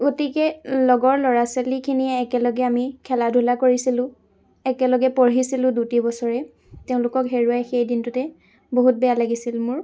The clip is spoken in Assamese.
গতিকে লগৰ ল'ৰা ছোৱালীখিনিয়ে একেলগে আমি খেলা ধূলা কৰিছিলোঁ একেলগে পঢ়িছিলোঁ দুটি বছৰে তেওঁলোকক হেৰুৱাই সেই দিনটোতে বহুত বেয়া লাগিছিলে মোৰ